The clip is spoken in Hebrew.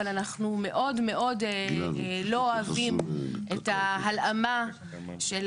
אבל אנחנו מאוד מאוד לא אוהבים את ההלאמה של